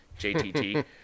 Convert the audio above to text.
JTT